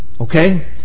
Okay